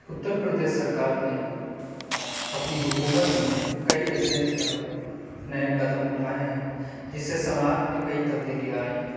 اترپردیش سرکار نے اپنی حکومت میں کئی ایسے آ نئے قدم اٹھائے ہیں جس سے سماج میں کئی تبدیلیاں آئی ہیں